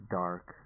dark